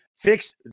fix